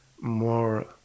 More